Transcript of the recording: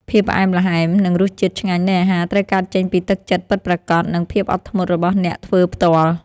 ភាពផ្អែមល្ហែម និងរសជាតិឆ្ងាញ់នៃអាហារត្រូវកើតចេញពីទឹកចិត្តពិតប្រាកដ និងភាពអត់ធ្មត់របស់អ្នកធ្វើផ្ទាល់។